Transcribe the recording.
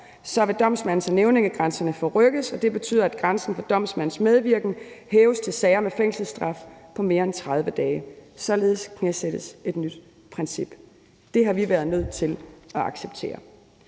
vil domsmands- og nævningegrænserne forrykkes, og det betyder, at grænsen for domsmands medvirken hæves til sager med fængselsstraf på mere end 30 dage. Således knæsættes et nyt princip. Det har vi været nødt til at acceptere.